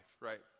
right